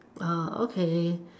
uh okay